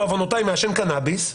בעוונותיי מעשן קנאביס,